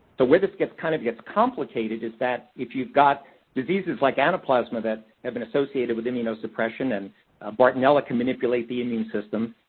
where this gets, kind of gets complicated is that if you've got diseases, like anaplasma, that have been associated with immunosuppression, and bartonella can manipulate the immune systems,